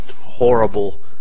horrible